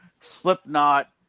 Slipknot